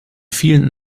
vielen